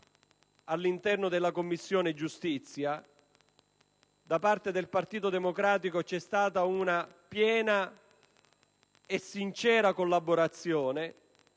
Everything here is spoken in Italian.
all'interno della Commissione giustizia. Da parte del Partito Democratico c'è stata una piena e sincera collaborazione;